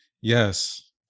Yes